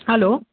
hello